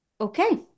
Okay